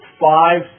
five